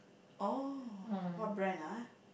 oh what brand ah